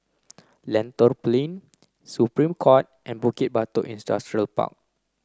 Lentor Plain Supreme Court and Bukit Batok Industrial Park